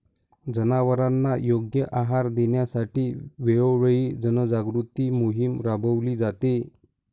जनावरांना योग्य आहार देण्यासाठी वेळोवेळी जनजागृती मोहीम राबविली जाते